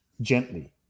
gently